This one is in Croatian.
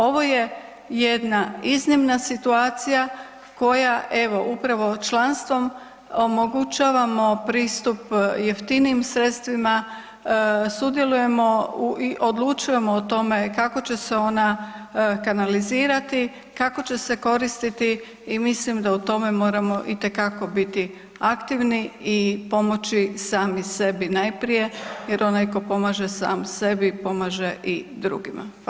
Ovo je jedna iznimna situacija koja evo, upravo članstvom omogućavamo pristup jeftinijim sredstvima, sudjelujemo i odlučujemo o tome kako će se ona kanalizirati, kako će se koristiti i mislim da u tome moramo itekako biti aktivni i pomoći sami sebi najprije jer onaj tko pomaže sam sebi, pomaže i drugima.